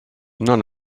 none